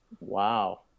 Wow